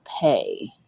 pay